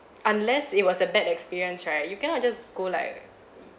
unless it was a bad experience right you cannot just go like uh